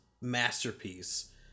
masterpiece